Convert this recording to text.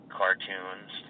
cartoons